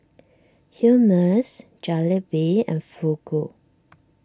Hummus Jalebi and Fugu